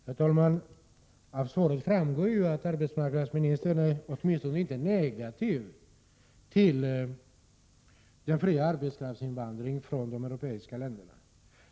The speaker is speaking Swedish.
Herr talman! Av svaret framgår att arbetsmarknadsministern åtminstone inte är negativ till den fria arbetskraftsinvandringen från de europeiska länderna.